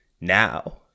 now